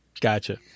Gotcha